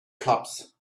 clubs